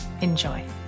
Enjoy